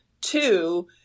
Two